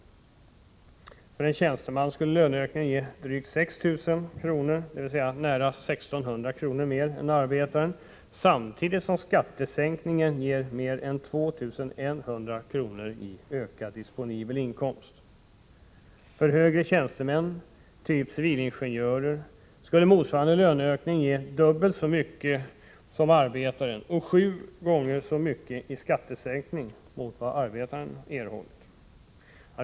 För en tjänsteman skulle löneökningen ge drygt 6 000 kr., dvs. nära 1600 kr. mer än arbetaren får, samtidigt som skattesänkningen ger mer än 2 100 kr. i ökad disponibel inkomst. För högre tjänstemän, typ civilingenjörer, skulle motsvarande löneökning ge dubbelt så mycket som för arbetaren och sju gånger så mycket i skattesänkning som vad arbetaren erhåller.